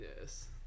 yes